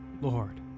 Lord